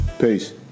Peace